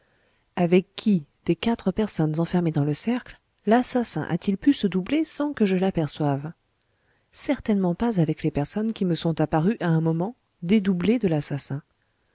avec qui des quatre personnes enfermées dans le cercle l'assassin at-il pu se doubler sans que je l'aperçoive certainement pas avec les personnes qui me sont apparues à un moment dédoublées de l'assassin